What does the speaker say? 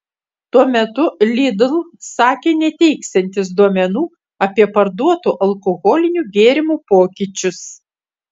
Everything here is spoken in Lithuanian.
tuo metu lidl sakė neteiksiantys duomenų apie parduotų alkoholinių gėrimų pokyčius